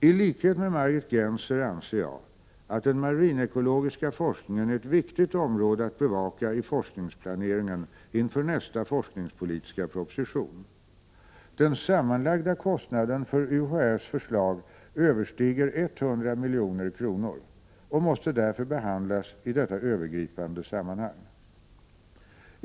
I likhet med Margit Gennser anser jag att den marinekologiska forskningen är ett viktigt område att bevaka i forskningsplaneringen inför nästa forskningspolitiska proposition. Den sammanlagda kostnaden för UHÄ:s förslag överstiger 100 milj.kr. och måste därför behandlas i detta övergripande sammanhang.